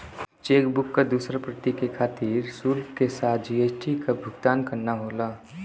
chequebook क दूसर प्रति के खातिर शुल्क के साथ जी.एस.टी क भुगतान करना होला